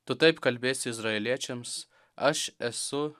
tu taip kalbėsi izraeliečiams aš esu